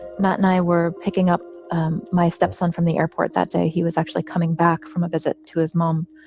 matt and i were picking up my stepson from the airport that day he was actually coming back from a visit to his mom.